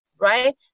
right